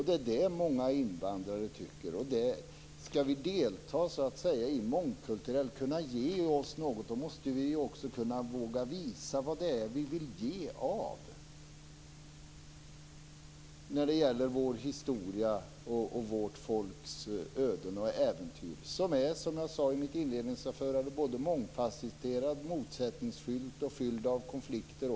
Det är många invandrare som tycker det. Skall vi delta i ett mångkulturellt samhälle måste vi också våga visa vad det är som vi vill ge av i fråga om historia och vårt folks öden och äventyr, en historia som är - som jag sade i mitt inledningsanförande - mångfasetterad, motsättningsfylld och fylld av konflikter.